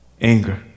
anger